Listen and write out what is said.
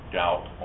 doubt